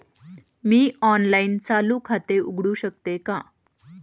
मी online चालू खाते उघडू शकते का?